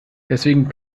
deswegen